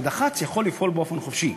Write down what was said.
ודח"צ יכול לפעול באופן חופשי.